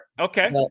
Okay